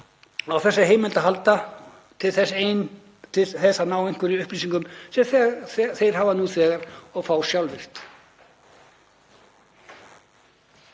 á þessari heimild að halda til þess eins að ná einhverjum upplýsingum sem þeir hafa nú þegar og fá sjálfvirkt.